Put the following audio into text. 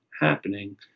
happening